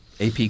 AP